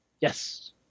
Yes